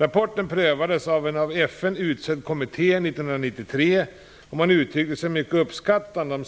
Rapporten prövades av en av FN utsedd kommitté 1993, och man uttryckte sig mycket uppskattande om